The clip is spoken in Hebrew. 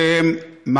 אלה הכי מסוכנות.